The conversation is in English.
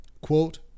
quote